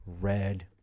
Red